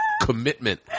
Commitment